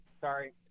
sorry